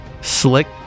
slick